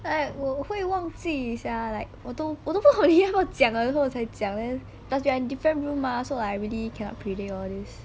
!aiya! 我我会忘记一下 like 我都我都不不懂要不要讲的时候我才讲 then cause you are in different room mah so I really cannot predict all these